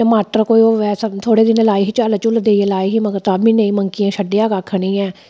टमाटर कोई असें थोह्ड़े दिन लाये हे झल्ल कोई देने गी लाये पर मंकी नै छड्डेआ कक्ख निं ऐ